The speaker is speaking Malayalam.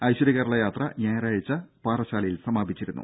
ഐശ്വര്യ കേരള യാത്ര ഞായറാഴ്ച പാറശ്ശാലയിൽ സമാപിച്ചിരുന്നു